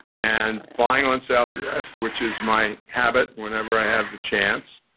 and flying on southwest, which is my habit whenever i have the chance.